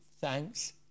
thanks